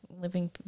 living